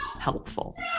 Helpful